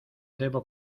debo